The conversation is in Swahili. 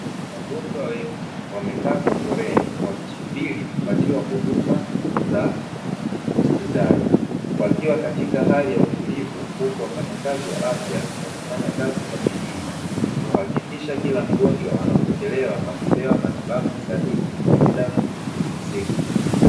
Wagonjwa wengi wamekaa kwa foleni wakisubiri kupatiwa huduma za hospitali. Wakiwa katika hali ya utulivu, huku wafanyakazi wa afya wakifanya kazi kwa bidii kuhakikisha kila mgonjwa anapokelewa na kupewa matibabu sahihi kwa mda husika.